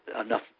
enough